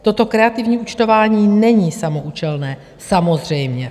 Toto kreativní účtování není samoúčelné, samozřejmě.